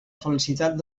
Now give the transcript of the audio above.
felicitat